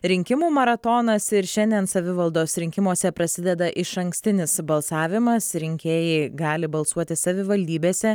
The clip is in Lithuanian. rinkimų maratonas ir šiandien savivaldos rinkimuose prasideda išankstinis balsavimas rinkėjai gali balsuoti savivaldybėse